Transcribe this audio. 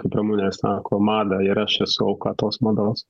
kaip ramunė sako madą yra šis auka tos mados